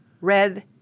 red